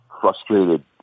frustrated